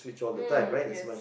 mm yes